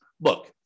look